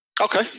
Okay